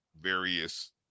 various